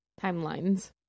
timelines